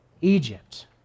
Egypt